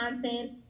content